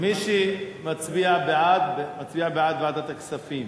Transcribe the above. מי שמצביע בעד, מצביע בעד ועדת הכספים.